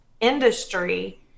Industry